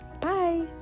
Bye